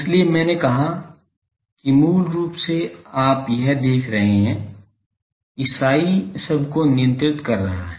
इसलिए मैंने कहा कि मूल रूप से आप यह देख रहे हैं कि psi सबको नियंत्रित कर रहा है